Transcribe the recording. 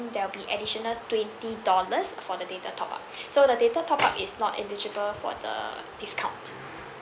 there will be additional twenty dollars for the data top up so the data top up is not eligible for the discount